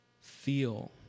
feel